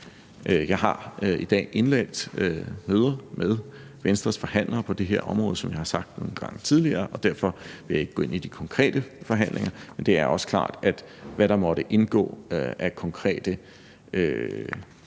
Jeg har i dag indledt et møde med Venstres forhandlere på det her område, som jeg har sagt nogle gange tidligere, og derfor vil jeg ikke gå ind i de konkrete forhandlinger. Men det er også klart, at hvad der måtte indgå af konkrete prioriteringer